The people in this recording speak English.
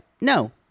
No